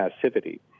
passivity